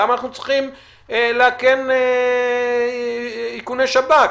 למה אנחנו צריכים לאכן איכוני שב"כ